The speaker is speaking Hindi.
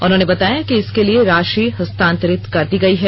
उन्होंने बताया कि इसके लिए राशि हस्तांतरित कर दी गई हैं